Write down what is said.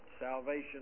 Salvation